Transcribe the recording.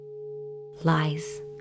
lies